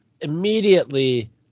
immediately